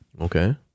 okay